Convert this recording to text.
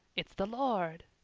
it's the lord!